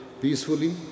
peacefully